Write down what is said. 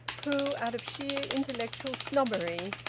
who, out of sheer intellectual snobbery,